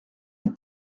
une